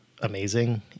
amazing